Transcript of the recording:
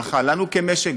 ברכה לנו כמשק,